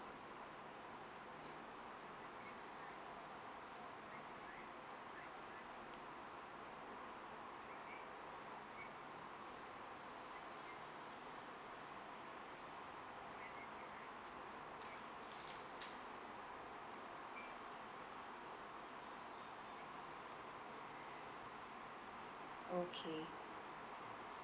okay